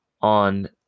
on